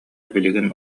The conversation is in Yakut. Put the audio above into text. билигин